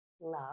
love